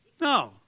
No